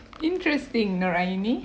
interesting noraini